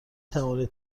توانید